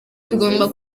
tugomba